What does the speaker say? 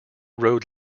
road